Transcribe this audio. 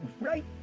right